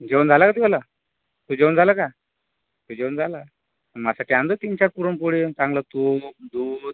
जेवण झाला का तुला तू जेवण झालं का तू जेवण झाला माझ्यासाठी आण जा तीनचार पुरणपोळी चांगलं तूप दूध